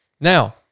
Now